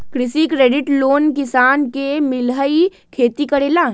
कृषि credit loan किसान के मिलहई खेती करेला?